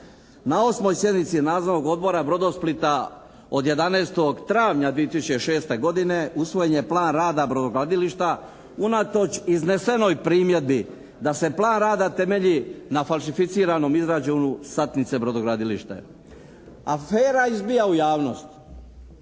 Na osmoj sjednici Nadzornog odbora “Brodosplita“ od 11. travnja 2006. godine usvojen je plan rada brodogradilišta unatoč iznesenoj primjedbi da se plan rada temelji na falsificiranom izračunu satnice brodogradilište. Afera izbija u javnost,